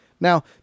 Now